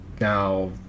Now